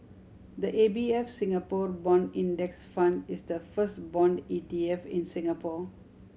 the A B F Singapore Bond Index Fund is the first bond E T F in Singapore